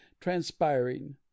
transpiring